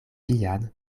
vian